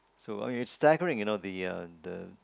so you know it's staggering you know the uh